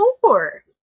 four